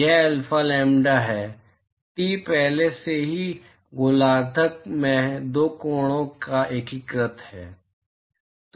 यह alpha lambda है टी पहले से ही गोलार्ध में दो कोणों पर एकीकृत है